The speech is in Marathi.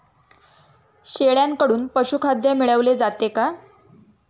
शेळ्यांकडून पशुखाद्य मिळवले जाते का?